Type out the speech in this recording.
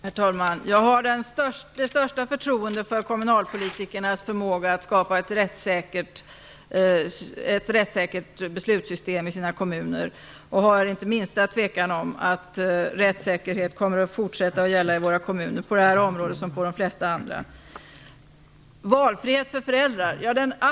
Herr talman! Jag har det största förtroende för kommunalpolitikernas förmåga att skapa ett rättssäkert beslutssystem i sina kommuner och har inte minsta tvekan om att rättssäkerhet kommer att fortsätta att gälla i våra kommuner på det här området som på de flesta andra. Valfriheten för föräldrar talar Göte Jonsson om.